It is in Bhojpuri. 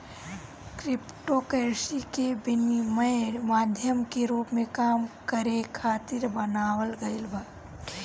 क्रिप्टोकरेंसी के विनिमय माध्यम के रूप में काम करे खातिर बनावल गईल बाटे